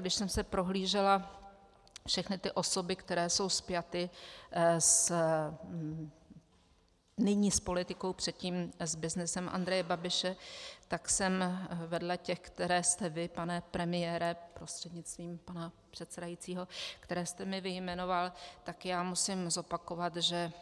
Když jsem si prohlížela všechny osoby, které jsou spjaty nyní s politikou, předtím s byznysem Andreje Babiše, tak jsem vedle těch, které jste vy, pane premiére prostřednictvím pana předsedajícího, které jste mi vyjmenoval, tak musím zopakovat, že